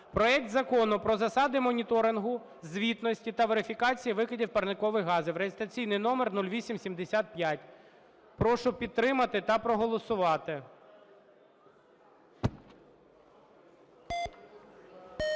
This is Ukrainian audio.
проект Закону про засади моніторингу, звітності та верифікації викидів парникових газів (реєстраційний номер 0875). Прошу підтримати та проголосувати.